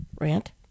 Rant